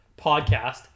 podcast